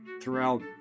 throughout